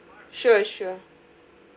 can sure sure